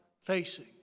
facing